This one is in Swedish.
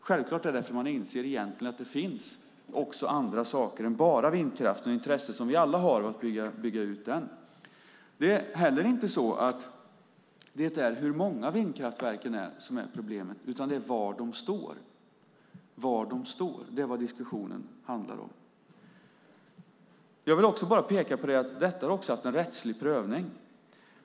Självklart är det så därför att man egentligen inser att det finns andra saker än bara vindkraften och intresset, som vi alla har, av att bygga ut den. Det är heller inte hur många vindkraftverken är som är problemet, utan det är var de står. Det är vad diskussionen handlar om. Jag vill också peka på att detta har haft en rättslig prövning.